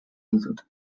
ditut